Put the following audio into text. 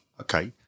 Okay